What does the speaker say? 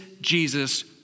Jesus